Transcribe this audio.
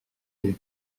les